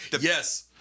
yes